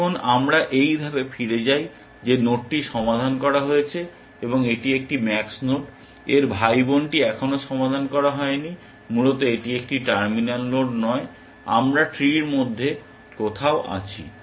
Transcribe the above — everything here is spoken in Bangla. এখন আমরা এই ধাপে ফিরে যাই যে নোডটি সমাধান করা হয়েছে এবং এটি একটি ম্যাক্স নোড এর ভাইবোনটি এখনও সমাধান করা হয়নি মূলত এটি একটি টার্মিনাল নোড নয় আমরা ট্রির মধ্যে কোথাও আছি